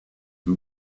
who